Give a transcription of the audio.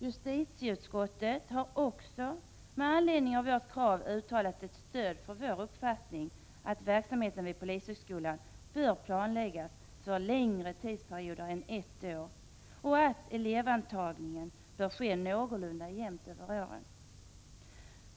Justitieutskottet har uttalat att man stöder vårt krav på att verksamheten vid polishögskolan bör planläggas för längre tidsperioder än ett år och att det bör vara en någorlunda jämn fördelning över åren när det gäller elevintagningen.